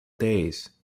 days